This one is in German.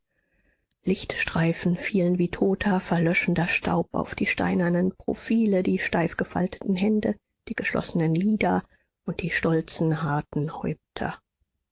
lichtstreifen fielen wie toter verlöschender staub auf die steinernen profile die steif gefalteten hände die geschlossenen lider und die stolzen harten häupter